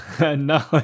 No